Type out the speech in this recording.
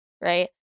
Right